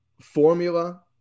formula